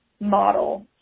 model